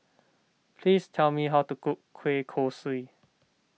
please tell me how to cook Kueh Kosui